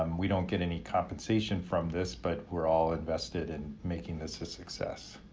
um we don't get any compensation from this but we're all invested in making this a success.